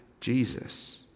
Jesus